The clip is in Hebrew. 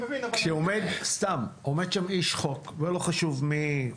כשעומד שם איש חוק ולא חשוב מי,